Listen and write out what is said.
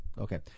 Okay